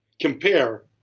compare